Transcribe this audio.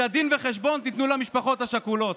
את הדין וחשבון תיתנו למשפחות השכולות.